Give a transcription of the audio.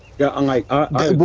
yeah, um like, i agree.